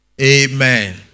Amen